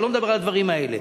אני לא מדבר על הדברים האלה,